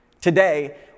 Today